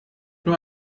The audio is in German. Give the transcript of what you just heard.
nur